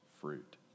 fruit